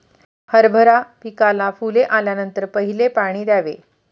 हरभरा पिकाला फुले आल्यानंतर पहिले पाणी द्यावे